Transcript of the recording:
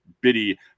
bitty